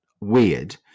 weird